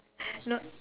no